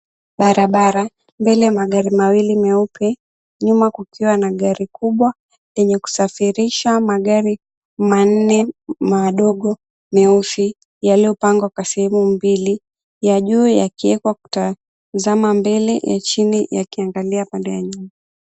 Barabara, mbele magari mawili meupe. Nyuma kukiwa na gari kubwa lenye kusafirisha magari manne madogo meusi yaliyopangwa kwa sehemu mbili, ya juu yakiwekwa kutazama mbele, ya chini yakiangalia upande wa nyuma.